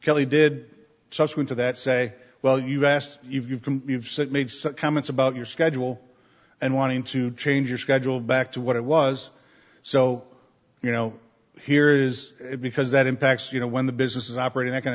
kelly did subsequent to that say well you've asked you've you've said made some comments about your schedule and wanting to change your schedule back to what it was so you know here is because that impacts you know when the business is operating that kind